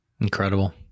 Incredible